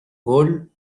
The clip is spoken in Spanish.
gol